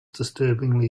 disturbingly